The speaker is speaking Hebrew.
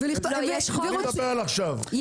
אני מדבר על עכשיו,